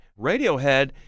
Radiohead